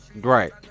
Right